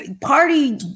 party